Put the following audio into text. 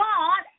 God